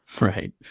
Right